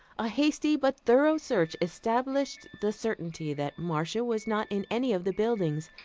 a hasty but thorough search established the certainty that marcia was not in any of the buildings.